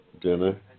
dinner